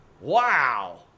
Wow